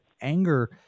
anger